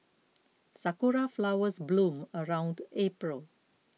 sakura flowers bloom around April